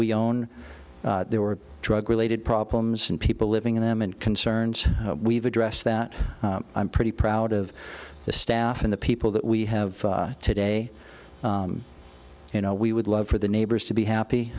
we own there were drug related problems and people living in them and concerns we've addressed that i'm pretty proud of the staff and the people that we have today you know we would love for the neighbors to be happy